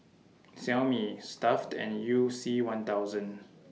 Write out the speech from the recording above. Xiaomi Stuff'd and YOU C one thousand